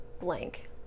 blank